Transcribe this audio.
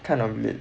kind of lit